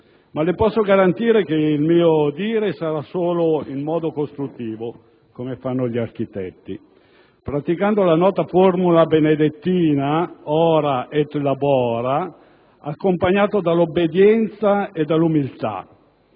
ma le posso garantire che il mio dire sarà solo in modo costruttivo, come fanno gli architetti, praticando la nota formula benedettina *ora et labora*, accompagnato dall'obbedienza e dall'umiltà.